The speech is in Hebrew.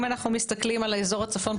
אם אנחנו מסתכלים על אזור הצפון,